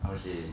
how to say